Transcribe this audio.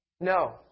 No